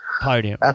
Podium